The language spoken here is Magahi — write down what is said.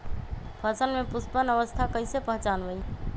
फसल में पुष्पन अवस्था कईसे पहचान बई?